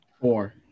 Four